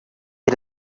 had